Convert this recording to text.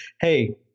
hey